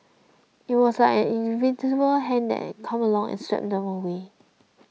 it was like an invisible hand come along and swept them away